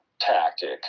tactic